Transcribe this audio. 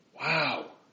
Wow